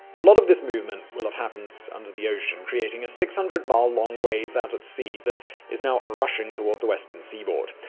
a lot of this movement will have happened under the ocean, creating a six hundred mile long wave out at sea that is now ah rushing toward the western seaboard.